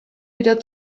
wieder